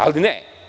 Ali, ne.